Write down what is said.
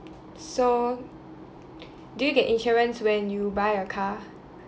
so do you get insurance when you buy a car